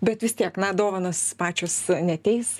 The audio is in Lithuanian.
bet vis tiek na dovanos pačios neateis